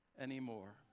anymore